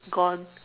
gone